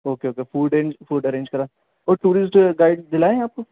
okay okay food and food arrange کرا دیں گے اور ٹورسٹ گائیڈ دلائیں آپ کو